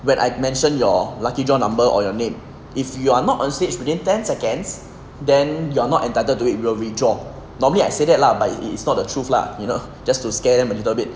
when I mentioned your lucky draw number or your name if you are not on stage within ten seconds then you are not entitled to it we will withdraw normally I say that lah but it is not the truth lah you know just to scare them a little bit